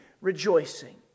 rejoicing